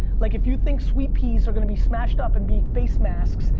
like if you think sweet peas are gonna be smashed up and be face masks,